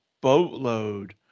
boatload